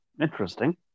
interesting